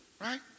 right